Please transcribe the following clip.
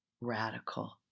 radical